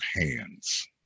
hands